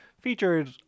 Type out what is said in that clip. featured